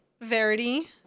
Verity